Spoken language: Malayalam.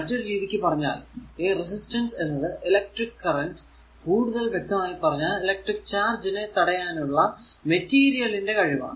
മറ്റൊരു രീതിക്കു പറഞ്ഞാൽ ഈ റെസിസ്റ്റൻസ് എന്നത് ഇലക്ട്രിക്ക് കറന്റ് കൂടുതൽ വ്യക്തമായി പറഞ്ഞാൽ ഇലക്ട്രിക്ക് ചാർജ് നെ തടയാനുള്ള മെറ്റീരിയൽ ന്റെ കഴിവാണ്